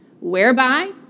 whereby